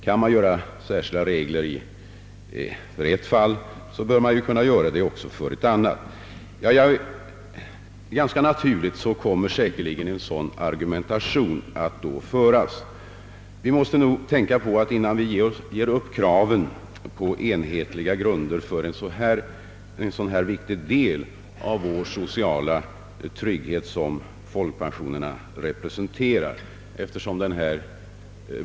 Kan man göra särskilda regler för ett fall, bör man kunna göra det också för ett annat. Helt naturligt kommer en sådan argumentation att föras. Vi får inte utan vidare ge upp kraven på enhetliga grunder för en så pass viktig del av vår sociala trygghet som folkpensionerna representerar.